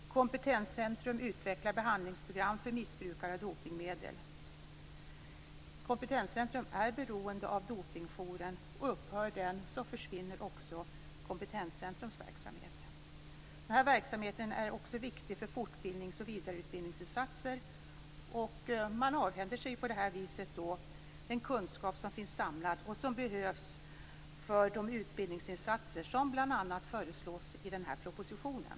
Kompetenscentrum utvecklar behandlingsprogram för missbrukare av dopningsmedel. Kompetenscentrum är beroende av Dopingjouren, och om den upphör försvinner också Kompetenscentrums verksamhet. Verksamheten är också viktig för fortbildnings och vidareutbildningsinsatser. På det här sättet avhänder man sig den kunskap som finns samlad och som behövs för de utbildningsinsatser som bl.a. föreslås i propositionen.